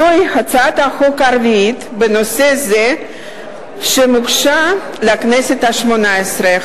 זוהי הצעת החוק הרביעית בנושא זה שמוגשת לכנסת השמונה-עשרה.